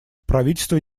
правительство